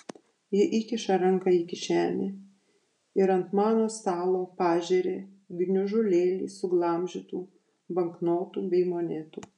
ji įkiša ranką į kišenę ir ant mano stalo pažeria gniužulėlį suglamžytų banknotų bei monetų